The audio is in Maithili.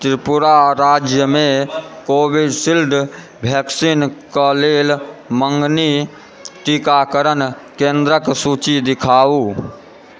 त्रिपुरा राज्यमे कोविशील्ड वैक्सीन कऽ लेल मङ्गनी टीकाकरण केन्द्रक सूची देखाउ